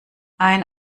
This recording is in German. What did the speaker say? ein